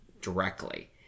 directly